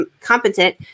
competent